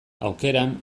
aukeran